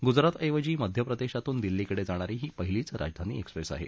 गुजराथऐवजी मध्य प्रदेशातून दिल्लीकडे जाणारी ही पहिलीच राजधानी एक्सप्रेस आहे